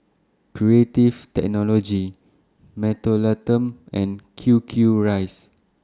Creative Technology Mentholatum and Q Q Rice